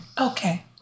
Okay